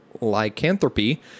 lycanthropy